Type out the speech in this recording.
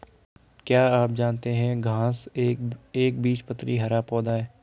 क्या आप जानते है घांस एक एकबीजपत्री हरा पौधा है?